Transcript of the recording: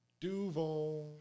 Duval